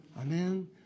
Amen